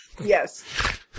Yes